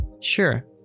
Sure